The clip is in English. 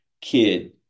kid